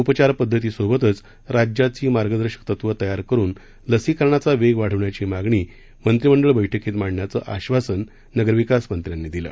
उपचारपद्धतीसोबतच राज्याची मार्गदर्शक तत्वं तयार करुन लसीकरणाचा वेग वाढवण्याची मागणी मंत्रिमंडळ बळ्कीत मांडण्याचं आश्वासन नगरविकास मंत्र्यांनी दिलं